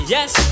Yes